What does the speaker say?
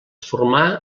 formà